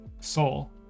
soul